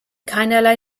keinerlei